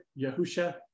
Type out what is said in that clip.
Yahusha